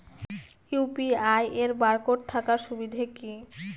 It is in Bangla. ইউ.পি.আই এর বারকোড থাকার সুবিধে কি?